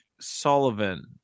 Sullivan